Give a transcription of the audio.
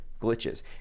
glitches